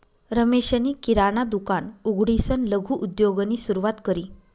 रमेशनी किराणा दुकान उघडीसन लघु उद्योगनी सुरुवात करी